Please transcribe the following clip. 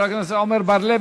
חבר הכנסת עמר בר-לב,